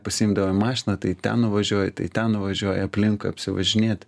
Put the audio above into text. pasiimdavai mašiną tai ten važiuoji tai ten važiuoji aplinkui apsivažinėt